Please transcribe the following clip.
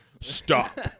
stop